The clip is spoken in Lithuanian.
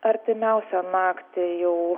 artimiausią naktį jau